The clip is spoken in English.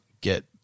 get